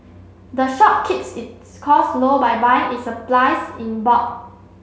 the shop keeps its cost low by buying its supplies in bulk